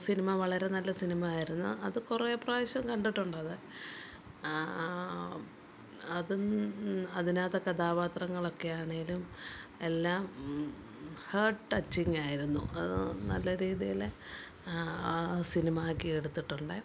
cinema വളരെ നല്ല സിനിമയാരുന്നു അത് കുറേ പ്രാവശ്യം കണ്ടിട്ടുണ്ടത് അത് അതിനകത്തെ കഥാപാത്രങ്ങളൊക്കെയാണേലും എല്ലാം ഹേർട്ട് ടെച്ചിങ്ങായിരുന്നു അത് നല്ല രീതിയില് ആ സിനിമയാക്കി എടുത്തിട്ടുണ്ട്